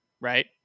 right